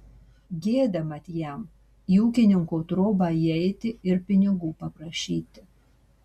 gėda mat jam į ūkininko trobą įeiti ir pinigų paprašyti